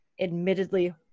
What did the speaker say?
admittedly